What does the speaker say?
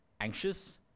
anxious